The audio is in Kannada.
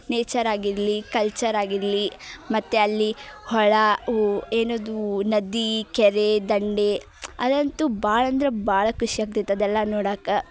ನೇಚರಾಗಿರಲಿ ಕಲ್ಚರಾಗಿರಲಿ ಮತ್ತು ಅಲ್ಲಿ ಹೊಳೆ ಊ ಏನದು ನದಿ ಕೆರೆ ದಂಡೆ ಅದಂತು ಭಾಳ ಅಂದರೆ ಭಾಳ ಖುಷಿ ಆಗ್ತೈತಿ ಅದೆಲ್ಲ ನೋಡಕ್ಕೆ